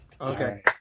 Okay